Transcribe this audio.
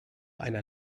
einer